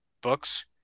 books